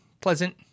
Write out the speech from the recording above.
pleasant